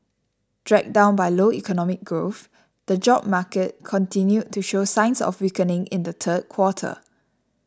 dragged down by low economic growth the job market continued to show signs of weakening in the third quarter